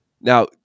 Now